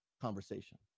conversation